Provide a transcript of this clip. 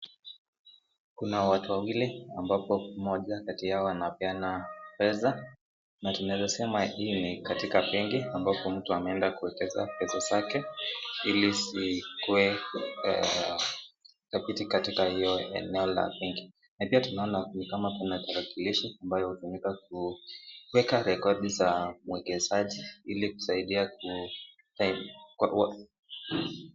Kuna watu wawili ambapo mmoja kati yao anapeana pesa na tunaweza sema hii ni katika benki ambapo mtu ameenda kuwekeza pesa zake ili zikuwe katika hiyo eneo la benki. Na pia tunaona ni kama kuna tarakilishi ambayo hutumika kuweka rekodi za mwekezaji ili kusaidia.